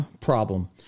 problem